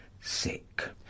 sick